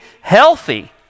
healthy